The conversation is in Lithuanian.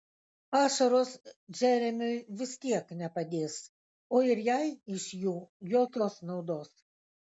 ašaros džeremiui vis tiek nepadės o ir jai iš jų jokios naudos